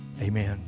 Amen